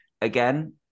again